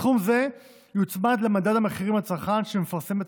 סכום זה יוצמד למדד המחירים לצרכן שמפרסמת